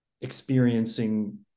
experiencing